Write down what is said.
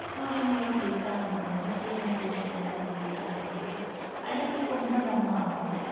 ಸೂರ್ಯನಿಗೆ ತೀರ್ಥ ಅಂತಂದರೆ ಸೂರ್ಯನ ಪೂಜೆ ಮಾಡ್ದಾಗ ತೀರ್ಥ ಹಾಕ್ತೀವಿ ಹಣೆಗೆ ಕುಂಕುಮ ನಮ್ಮ